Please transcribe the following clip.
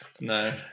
No